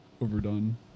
overdone